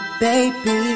baby